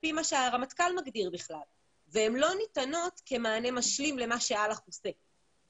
על-פי מה שהרמטכ"ל מגדיר והן לא ניתנות כמענה משלים למה שאל"ח עושה.